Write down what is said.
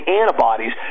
antibodies